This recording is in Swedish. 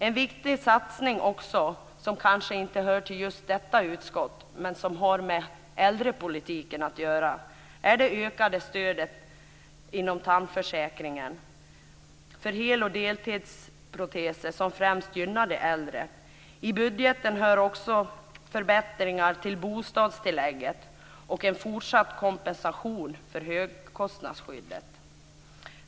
En viktig satsning, som kanske inte hör till just detta utskott men som har med äldrepolitiken att göra, är också det ökade stödet inom tandförsäkringen för hel och delproteser. Detta gynnar främst de äldre. I budgeten finns också förbättringar av bostadstillägget och en fortsatt kompensation för högkostnadsskyddet.